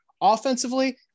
Offensively